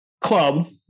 club